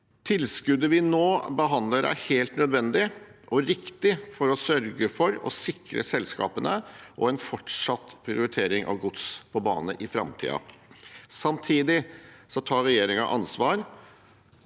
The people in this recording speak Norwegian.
Tilskuddet vi nå behandler, er helt nødvendig og riktig for å sørge for å sikre selskapene og en fortsatt prioritering av gods på bane i framtiden. Samtidig tar regjeringen ansvar